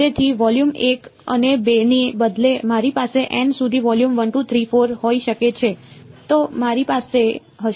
તેથી વોલ્યુમ 1 અને 2 ને બદલે મારી પાસે n સુધી વોલ્યુમ 1 2 3 4 હોઈ શકે છે તો મારી પાસે હશે